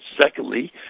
secondly